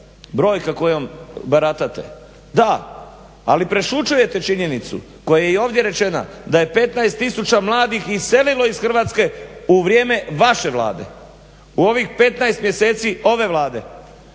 brojkom kojom baratate, da ali prešućujete činjenicu koja je i ovdje rečena da je 15 tisuća mladih iselilo iz Hrvatske u vrijeme vaše Vlade, u ovih 15 mjeseci ove Vlade.